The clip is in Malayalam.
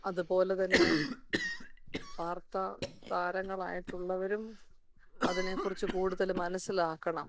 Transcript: അതുപോലെ തന്നെ വാർത്താ താരങ്ങളായിട്ടുള്ളവരും അതിനെ കുറിച്ച് കൂടുതൽ മനസ്സിലാക്കണം